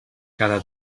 cada